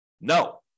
No